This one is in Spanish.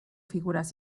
figuras